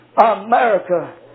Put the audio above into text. America